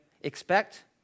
expect